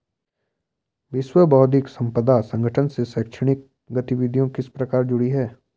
विश्व बौद्धिक संपदा संगठन से शैक्षणिक गतिविधियां किस प्रकार जुड़ी हैं?